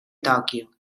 tòquio